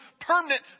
permanent